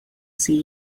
see